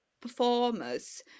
performers